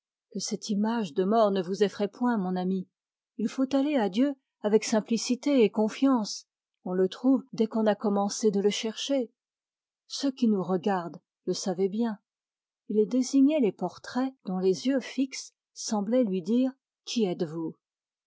que cette image de mort ne vous effraie point mon amie il faut aller à dieu avec simplicité et confiance on le trouve dès qu'on a commencé de le chercher ceux qui nous regardent le savaient bien il désignait les portraits dont les yeux fixes semblaient lui dire qui êtes-vous